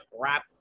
crap